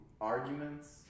arguments